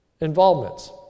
involvements